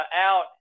out